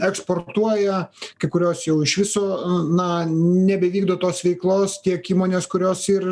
eksportuoja kai kurios jau iš viso na nebevykdo tos veiklos tiek įmonės kurios ir